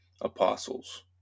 apostles